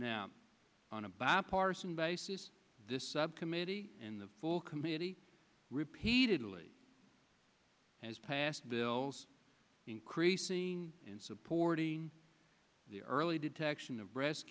now on a bipartisan basis this subcommittee in the full committee repeatedly has passed bills increasing and supporting the early detection of breast